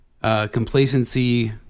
Complacency